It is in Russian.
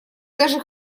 даже